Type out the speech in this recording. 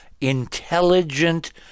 intelligent